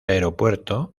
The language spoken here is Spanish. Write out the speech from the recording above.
aeropuerto